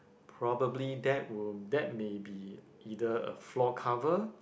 probably that will that may be either a floor cover